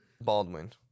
Baldwin